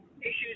issues